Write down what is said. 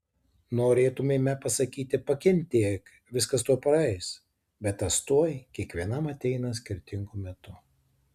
norėtumėme pasakyti pakentėk viskas tuoj praeis bet tas tuoj kiekvienam ateina skirtingu metu